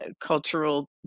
cultural